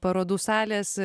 parodų salės